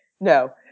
No